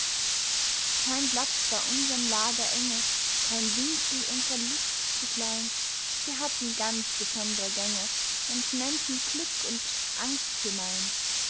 kein platz war unserm lager enge kein winkel unsrer lust zu klein wir hatten ganz besondre gänge und nennten glück und angst gemein